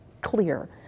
clear